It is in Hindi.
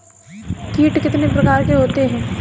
कीट कितने प्रकार के होते हैं?